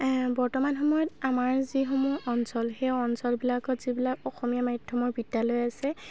বৰ্তমান সময়ত আমাৰ যিসমূহ অঞ্চল সেই অঞ্চলবিলাকত যিবিলাক অসমীয়া মাধ্যমৰ বিদ্যালয় আছে